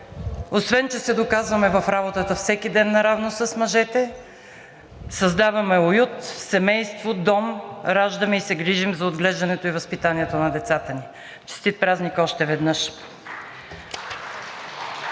освен че се доказваме в работата всеки ден наравно с мъжете, създаваме уют, семейство, дом, раждаме и се грижим за отглеждането и възпитанието на децата ни! Честит празник още веднъж!